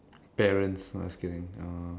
parents no just kidding uh